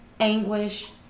Anguish